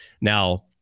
Now